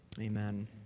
Amen